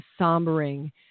sombering